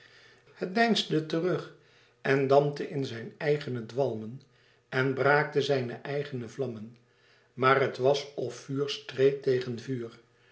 het deinsde terug en dampte in zijn eigene dwalmen en braakte zijne eigen vlammen maar het was of vuur streed tegen vuur